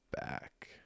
back